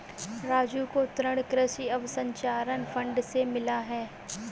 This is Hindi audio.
राजू को ऋण कृषि अवसंरचना फंड से मिला है